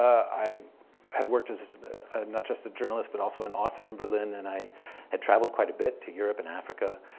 i had worked as not just a journalist, but also an author in berlin, and i had traveled quite a bit to europe and africa,